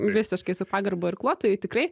visiškai su pagarba irkluotojų tikrai